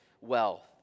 wealth